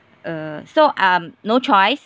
uh so um no choice